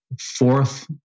fourth